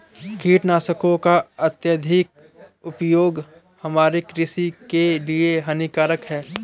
कीटनाशकों का अत्यधिक उपयोग हमारे कृषि के लिए हानिकारक है